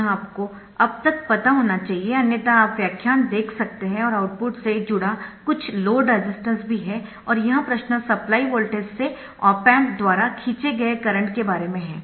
यह आपको अब तक पता होना चाहिए अन्यथा आप व्याख्यान देख सकते है और आउटपुट से जुड़ा कुछ लोड रेसिस्टेन्स भी है और यह प्रश्न सप्लाई वोल्टेज से ऑप एम्प द्वारा खींचे गए करंट के बारे में है